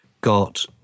got